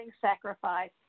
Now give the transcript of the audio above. sacrifice